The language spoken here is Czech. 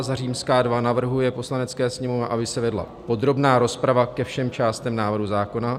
II. navrhuje Poslanecké sněmovně, aby se vedla podrobná rozprava ke všem částem návrhu zákona;